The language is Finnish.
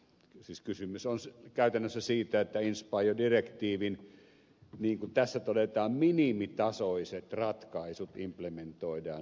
siis kysymys on käytännössä siitä että inspire direktiivin niin kuin tässä todetaan minimitasoiset ratkaisut implementoidaan suomen lainsäädäntöön